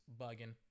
bugging